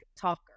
talker